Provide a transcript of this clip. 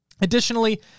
Additionally